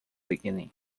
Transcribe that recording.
beginning